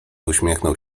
uśmiechnął